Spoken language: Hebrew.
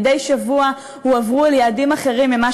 ומדי שבוע הועברו ליעדים אחרים מאלה